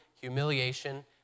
humiliation